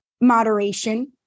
Moderation